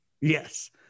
Yes